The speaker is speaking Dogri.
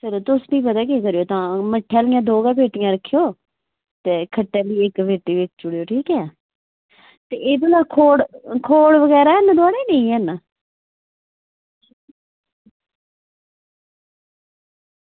चलो तुस फ्ही पता केह् करेओ तां मिट्ठे आह्लियां दो गै पेट्टियां रक्खेओ ते खट्टे आह्ली इक पेटी बेची ओड़ेओ ठीक ऐ ते एह् भला खोड़ खोड़ बगैरा है न थुआढ़े जां निं हैन